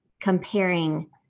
comparing